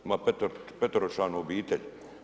Ima peteročlanu obitelj.